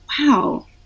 wow